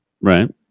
Right